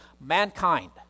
mankind